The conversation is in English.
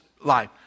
life